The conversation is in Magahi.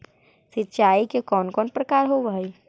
सिंचाई के कौन कौन प्रकार होव हइ?